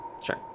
sure